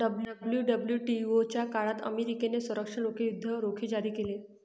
WWTO च्या काळात अमेरिकेने संरक्षण रोखे, युद्ध रोखे जारी केले